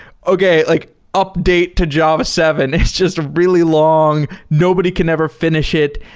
okay. like update to java seven. it's just really long. nobody can ever fi nish it.